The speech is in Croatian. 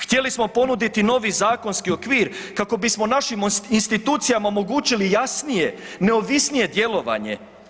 Htjeli smo ponuditi novi zakonski okvir kako bismo našim institucijama omogućili jasnije, neovisnije djelovanje.